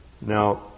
Now